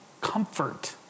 comfort